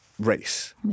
race